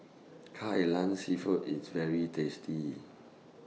Kai Lan Seafood IS very tasty